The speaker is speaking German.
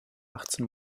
achtzehn